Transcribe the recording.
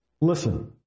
Listen